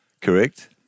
Correct